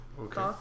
okay